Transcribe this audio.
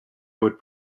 would